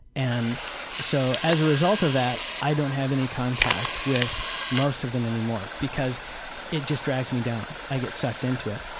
and so as a result of that, i don't have any contact with most of them anymore because it just drags me down. i get sucked into it.